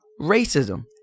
Racism